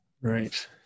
right